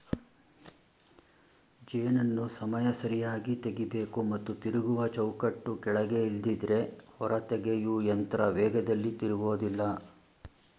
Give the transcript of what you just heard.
ಜೇನನ್ನು ಸಮಯ ಸರಿಯಾಗಿ ತೆಗಿಬೇಕು ಮತ್ತು ತಿರುಗುವ ಚೌಕಟ್ಟು ಕೆಳಗೆ ಇಲ್ದಿದ್ರೆ ಹೊರತೆಗೆಯೊಯಂತ್ರ ವೇಗದಲ್ಲಿ ತಿರುಗೋದಿಲ್ಲ